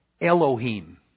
Elohim